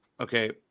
okay